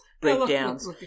Breakdowns